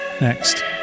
Next